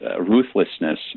ruthlessness